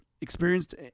experienced